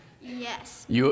Yes